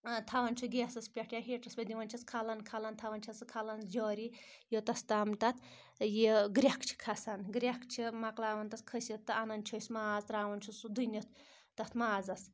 تھَاوان چھُ گیسَس پؠٹھ یا ہیٖٹرَس پؠٹھ دِوان چھَس کھَلَن کھلَن تھاوان چھَس سُہ کھلَن جٲری یوتَس تام تَتھ یہِ گرٛٮ۪کھ چھِ کھَسان گرٛٮ۪کھ چھِ مۄکلاوان تَتھ کھٔسِتھ تہٕ اَنان چھِ أسۍ ماز ترٛاوان چھُ سُہ دُنِتھ تَتھ مازَس